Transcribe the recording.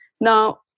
Now